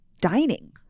dining